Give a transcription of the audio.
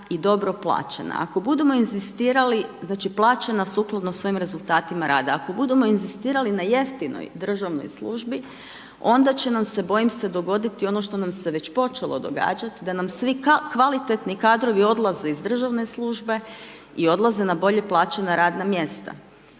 i dobro plaćena. Ako budemo inzistirali, znači plaćena sukladno svojim rezultatima rada. Ako budemo inzistirali na jeftinoj državnoj službi onda će nam se bojim se dogoditi ono što nam se već počelo događati da nam svi kvalitetni kadrovi odlaze iz državne službe i odlaže na bolje plaćena radna mjesta.